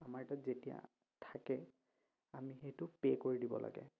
আমাৰ তাত যেতিয়া থাকে আমি সেইটো পে' কৰি দিব লাগে